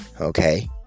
okay